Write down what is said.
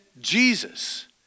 Jesus